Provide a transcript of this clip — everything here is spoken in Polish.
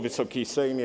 Wysoki Sejmie!